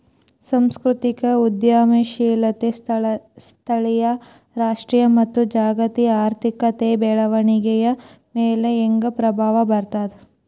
ಸಾಂಸ್ಕೃತಿಕ ಉದ್ಯಮಶೇಲತೆ ಸ್ಥಳೇಯ ರಾಷ್ಟ್ರೇಯ ಮತ್ತ ಜಾಗತಿಕ ಆರ್ಥಿಕತೆಯ ಬೆಳವಣಿಗೆಯ ಮ್ಯಾಲೆ ಹೆಂಗ ಪ್ರಭಾವ ಬೇರ್ತದ